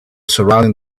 surrounding